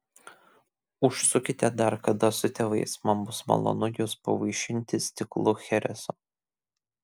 užsukite dar kada su tėvais man bus malonu jus pavaišinti stiklu chereso